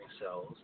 cells